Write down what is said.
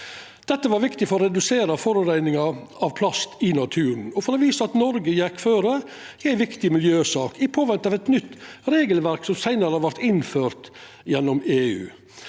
Dette var viktig for å redusera forureining av plast i naturen og for å visa at Noreg gjekk føre i ei viktig miljøsak i påvente av eit nytt regelverk som seinare vart innført gjennom EU.